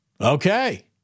Okay